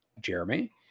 Jeremy